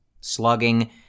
slugging